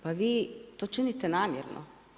Pa vi to činite namjerno.